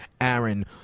Aaron